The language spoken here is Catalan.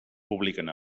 publiquen